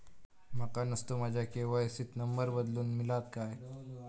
माका नुस्तो माझ्या के.वाय.सी त नंबर बदलून मिलात काय?